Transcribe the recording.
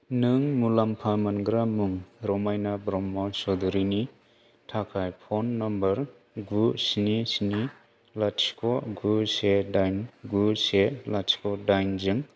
नों मुलाम्फा मोनग्रा मुं रमायना ब्रह्म चौधुरिनि थाखाय फन नम्बर गु स्नि स्नि लाथिख' गु से दाइन गु से लाथिख' दाइन जों